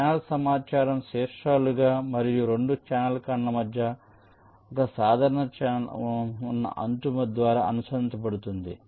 channel సమాచారం శీర్షాలుగా మరియు 2 ఛానల్ ఖండన మధ్య ఒక సాధారణ ఛానెల్ ఉన్న అంచు ద్వారా అనుసంధానించబడుతుంది